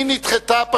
היא נדחתה,